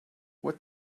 what